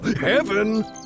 heaven